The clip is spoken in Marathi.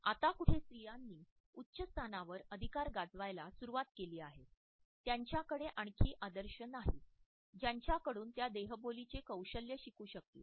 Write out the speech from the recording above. आत्ता कुठे स्त्रियांनी उच्च स्थानांवर अधिकार गाजवायला सुरवात केली आहे त्यांच्याकडे कोणीही आदर्श नाहीत ज्यांच्याकडून त्या देहबोलीची कौशल्य शिकू शकतील